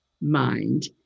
mind